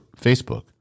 Facebook